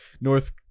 North